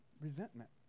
resentment